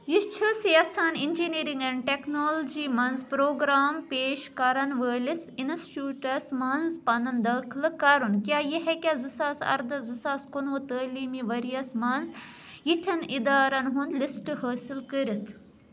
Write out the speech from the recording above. یہِ چھُس یژھان اِنٛجِنیٚرِنٛگ اینٛڈ ٹیکنالوجی مَنٛز پرٛوگرام پیش کرَن وٲلِس اِنسٹِیٛوٗٹس مَنٛز پنُن داخلہٕ کَرُن کیٛاہ یہِ ہیٚکیٛاہ زٕ ساس اَرداہ زٕ ساس کُنوُہ تعلیٖمی ؤرۍ یَس مَنٛز یِتھٮ۪ن اِدارن ہُنٛد لِسٹ حٲصِل کٔرِتھ